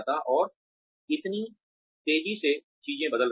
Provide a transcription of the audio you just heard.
और इतनी तेजी से चीजें बदल रही हैं